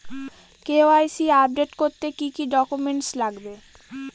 KYC update করতে কি কি ডকুমেন্টস লাগবে?